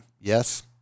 yes